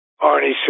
Arnie